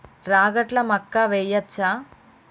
రాగట్ల మక్కా వెయ్యచ్చా?